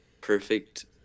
perfect